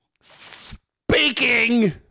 speaking